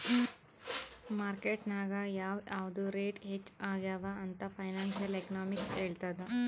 market ನಾಗ್ ಯಾವ್ ಯಾವ್ದು ರೇಟ್ ಹೆಚ್ಚ ಆಗ್ಯವ ಅಂತ್ ಫೈನಾನ್ಸಿಯಲ್ ಎಕನಾಮಿಕ್ಸ್ ಹೆಳ್ತುದ್